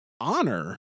honor